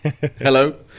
hello